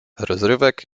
rozrywek